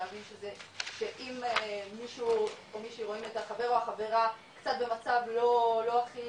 להבין שאם מישהו או מישהי רואים את החבר או החברה קצת במצב לא הכי,